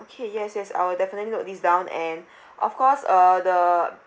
okay yes yes I will definitely note this down and of course uh the